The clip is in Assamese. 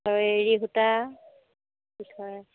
আৰু এৰি সূতাৰ বিষয়ে